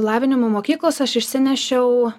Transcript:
lavinimo mokyklos aš išsinešiau